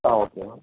ஆ okay